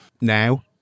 now